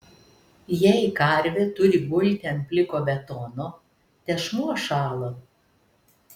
jei karvė turi gulti ant pliko betono tešmuo šąla